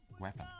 weapon